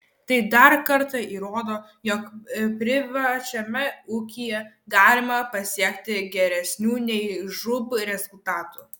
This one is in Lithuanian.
tai dar kartą įrodo jog privačiame ūkyje galima pasiekti geresnių nei žūb rezultatų